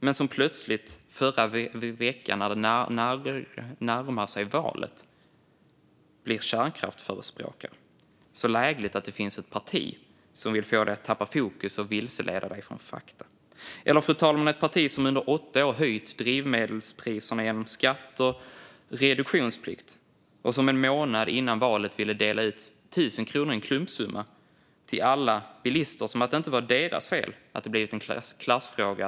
Men plötsligt i förra veckan, när det närmar sig valet, blir partiet kärnkraftsförespråkare. Så lägligt att det finns ett parti som vill få dig att tappa fokus och vilseleda dig från fakta. Fru talman! Socialdemokraterna är ett parti som under åtta år har höjt drivmedelspriserna genom skatter och reduktionsplikt. En månad innan valet ville partiet dela ut 1 000 kronor i en klumpsumma till alla bilister - som att det inte var deras fel att bilkörning har blivit en klassfråga.